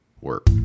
work